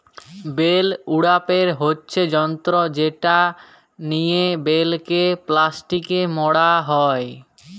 bell উড়াপের হচ্যে যন্ত্র যেটা লিয়ে বেলকে প্লাস্টিকে মড়া হ্যয়